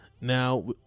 Now